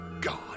God